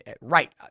right